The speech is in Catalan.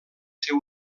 ser